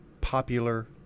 popular